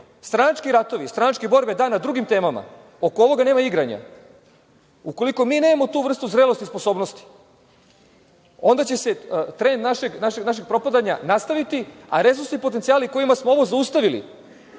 ratovi, stranačke borbe – da, na drugim temama. Oko ovoga nema igranja. Ukoliko mi nemamo tu vrstu zrelosti i sposobnosti onda će se trend našeg propadanja nastaviti, a resursni potencijali kojima smo ovo zaustavili,